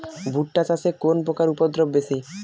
ভুট্টা চাষে কোন পোকার উপদ্রব বেশি?